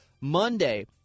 Monday